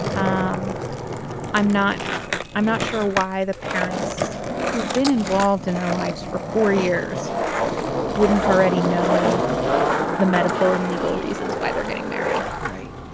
um i'm not i'm not sure why the parents who've been involved in their lives for four years wouldn't already know the medical and legal reasons why they're getting married right.